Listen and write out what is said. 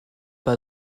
pas